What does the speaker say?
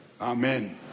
Amen